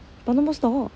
but no more stock